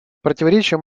противоречия